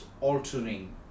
altering